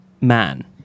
man